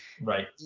right